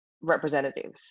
representatives